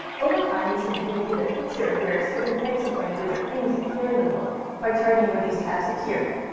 over time, we should begin to get a picture of where certain types of language or themes appear in the book by charting where these tags appear.